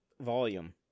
volume